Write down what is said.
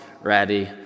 ready